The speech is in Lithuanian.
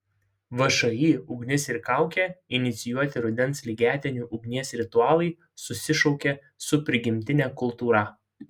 všį ugnis ir kaukė inicijuoti rudens lygiadienių ugnies ritualai susišaukia su prigimtine kultūra